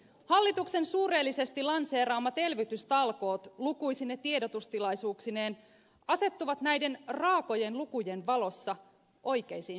hallituksen suureellisesti lanseeraamat elvytystalkoot lukuisine tiedotustilaisuuksineen asettuvat näiden raakojen lukujen valossa oikeisiin mittasuhteisiin